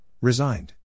Resigned